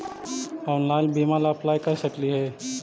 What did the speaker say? Online बीमा ला apply कर सकली हे?